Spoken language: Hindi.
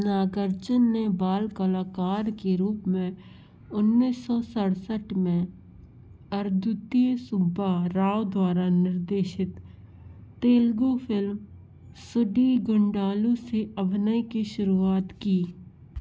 नागार्जुन ने बाल कलाकार के रूप में उन्नीस सौ सरसठ में आदुर्ति सुब्बा राव द्वारा निर्देशित तेलुगु फ़िल्म सुडीगुंडालु से अभिनय की शुरुआत की